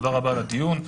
תודה רבה על הדיון,